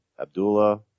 Abdullah